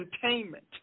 containment